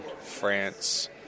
France